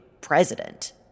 president